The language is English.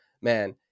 man